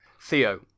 Theo